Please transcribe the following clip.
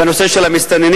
בנושא של המסתננים.